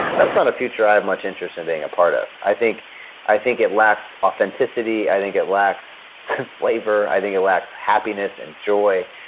that's not a future i'm much interested in being a part of. i think i think it lacks authenticity, i think it lacks flavor, i think it lacks happiness and joy,